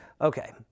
Okay